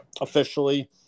officially